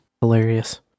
Hilarious